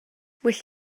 well